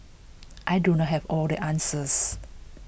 I do not have all the answers